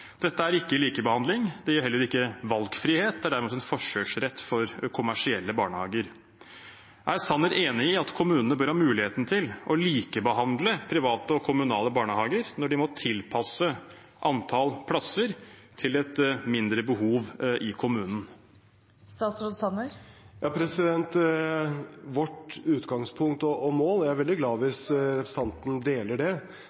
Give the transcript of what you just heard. Dette er ikke likebehandling. Det gir heller ikke valgfrihet. Det er derimot en forkjørsrett for kommersielle barnehager. Er Sanner enig i at kommunene bør ha muligheten til å likebehandle private og kommunale barnehager når de må tilpasse antallet plasser til et mindre behov i kommunen? Vårt utgangspunkt og mål – jeg er veldig glad hvis representanten deler det – er at når det gjelder de økonomiske tilskuddene til barnehagedrift, skal det